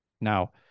Now